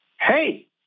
hey